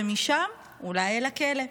ומשם אולי אל הכלא.